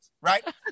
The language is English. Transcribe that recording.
right